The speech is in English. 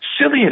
silly